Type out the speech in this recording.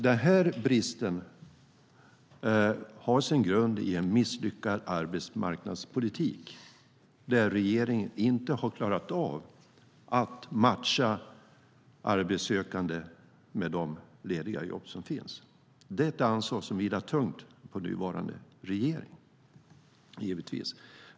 Den här bristen har sin grund i en misslyckad arbetsmarknadspolitik, där regeringen inte har klarat av att matcha arbetssökande med de lediga jobb som finns. Det är ett ansvar som givetvis vilar tungt på nuvarande regering.